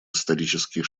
исторический